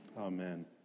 Amen